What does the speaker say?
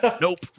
Nope